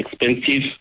expensive